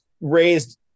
raised